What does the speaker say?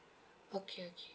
okay okay